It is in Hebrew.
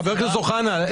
אז --- חבר הכנסת אוחנה,